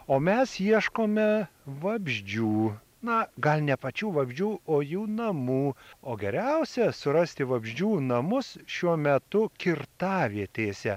o mes ieškome vabzdžių na gal ne pačių vabzdžių o jų namų o geriausia surasti vabzdžių namus šiuo metu kirtavietėse